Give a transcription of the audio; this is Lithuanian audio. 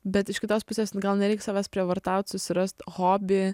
bet iš kitos pusės gal nereik savęs prievartaut susirast hobį